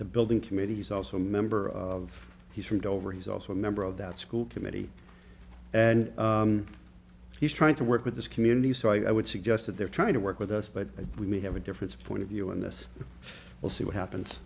the building committee he's also a member of he's from dover he's also a member of that school committee and he's trying to work with this community so i would suggest that they're trying to work with us but we have a difference point of view on this we'll see what happens